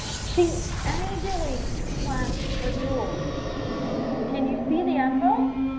she angrily slammed the door can you see the adverb?